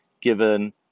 given